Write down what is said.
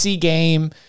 game